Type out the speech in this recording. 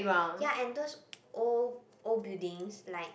ya and those old old buildings like